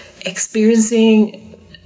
experiencing